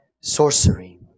sorcery